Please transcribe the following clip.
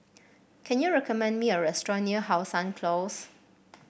can you recommend me a restaurant near How Sun Close